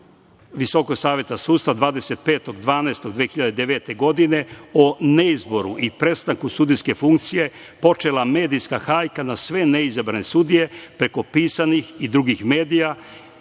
Visokog saveta sudstva 25.12.2009. godine o neizboru i prestanku sudijske funkcije počela medijska hajka ne sve neizabrane sudije preko pisanih i drugih medija